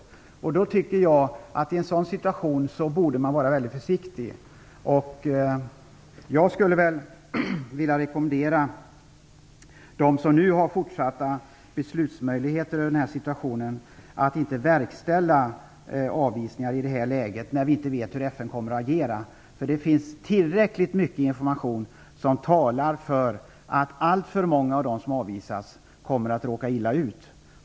I en sådan situation tycker jag att man borde vara väldigt försiktig. Jag skulle nog vilja rekommendera dem som nu har fortsatta beslutsmöjligheter när det gäller denna situation att inte verkställa avvisningar i ett läge där vi inte vet hur FN kommer att agera. Det finns tillräckligt mycket information som talar för att alltför många av dem som avvisas kommer att råka illa ut.